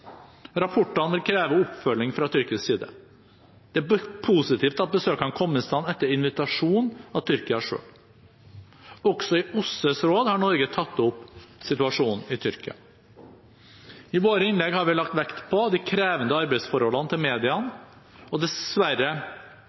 Rapportene vil kreve oppfølging fra tyrkisk side. Det er positivt at besøkene kom i stand etter invitasjon fra Tyrkia selv. Også i OSSEs råd har Norge tatt opp situasjonen i Tyrkia. I våre innlegg har vi lagt vekt på de krevende arbeidsforholdene til mediene og dessverre